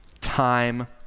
time